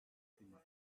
fatima